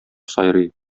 сайрый